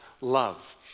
love